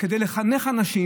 כדי לחנך אנשים.